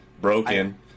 broken